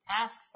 tasks